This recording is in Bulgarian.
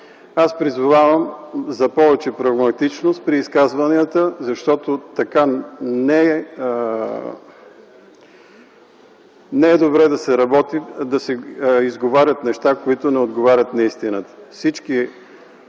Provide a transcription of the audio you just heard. Аз призовавам за повече прагматичност при изказванията, защото не е добре да се изговарят неща, които не отговарят на истината.